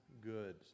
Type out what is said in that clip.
good